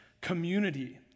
community